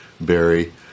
Barry